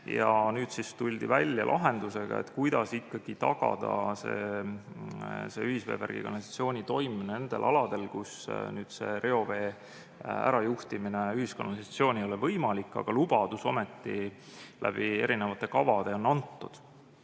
Nüüd siis tuldi välja lahendusega, kuidas ikkagi tagada see ühisveevärgi ja -kanalisatsiooni toimimine nendel aladel, kus reovee ärajuhtimine ühiskanalisatsiooni ei ole võimalik, aga lubadus ometi läbi erinevate kavade on